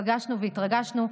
פגשנו והתרגשנו,